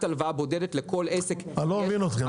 הלוואה בודדת לכל עסק --- אני לא מבין אתכם.